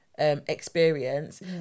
Experience